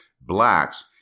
blacks